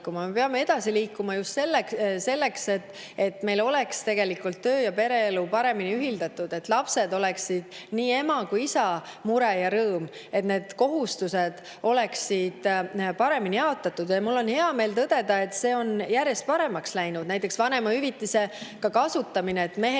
Me peame edasi liikuma just selleks, et meil oleks töö- ja pereelu paremini ühildatud, et lapsed oleksid nii ema kui ka isa mure ja rõõm ja et kohustused oleksid paremini jaotatud. Mul on hea meel tõdeda, et see on järjest paremaks läinud. Näiteks vanemahüvitise kasutamine: mehed